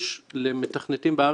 בפרויקטים בתוך הסמינרים של הכשרה יותר